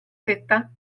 fetta